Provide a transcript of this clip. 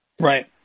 Right